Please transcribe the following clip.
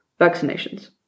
Vaccinations